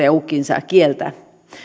ja ukkinsa kieltä